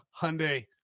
Hyundai